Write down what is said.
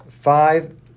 Five